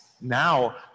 now